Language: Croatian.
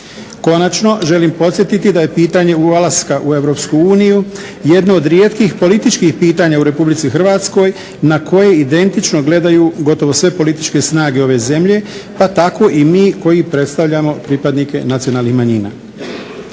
Konačno želim podsjetiti da je pitanje ulaska u EU jedno od rijetkih političkih pitanja u RH na koje identično gledaju gotovo sve političke snage ove zemlje, pa tako i mi koji predstavljamo pripadnike nacionalnih manjina.